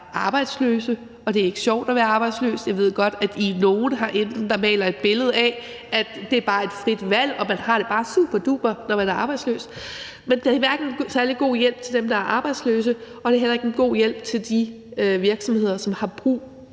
arbejdsløse. Det er ikke sjovt at være arbejdsløs. Jeg ved godt, at I er nogle herinde, der maler et billede af, at det bare er et frit valg, og at man bare har det superduper, når man er arbejdsløs. Men det er hverken en særlig god hjælp til dem, der er arbejdsløse, eller til de virksomheder, som har brug